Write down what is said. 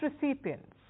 recipients